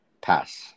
pass